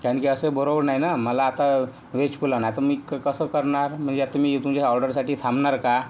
कारण की असं बरोबर नाही ना मला आता व्हेज पुलाव नाही तर मी कसं करणार म्हणजे आता मी तुमच्या ऑर्डरसाठी थांबणार का